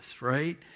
right